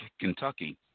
Kentucky